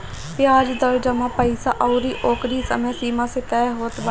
बियाज दर जमा पईसा अउरी ओकरी समय सीमा से तय होत बाटे